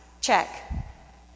Check